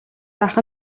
байх